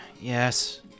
Yes